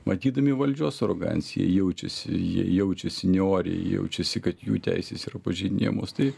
matydami valdžios aroganciją jaučiasi jie jaučiasi neoriai jaučiasi kad jų teisės yra pažeidinėjamos tai